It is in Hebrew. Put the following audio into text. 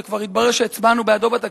שכבר התברר שהצבענו בעדו בתקציב.